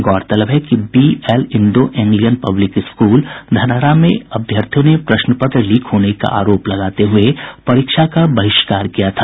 गौरतलब है कि B L Indo Anglian public school Dhanhara में अभ्यर्थियों ने प्रश्न पत्र लीक होने का आरोप लगाते हुए परीक्षा का बहिष्कार किया था